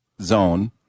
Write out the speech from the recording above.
zone